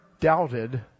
doubted